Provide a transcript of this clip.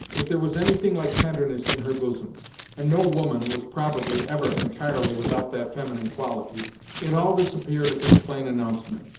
if there was anything like tenderness in her bosom and no woman was probably ever entirely without that feminine quality it all disappeared at this plain announcement.